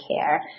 care